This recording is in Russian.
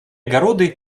огороды